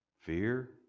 fear